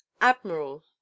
admiral